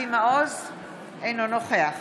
אינו נוכח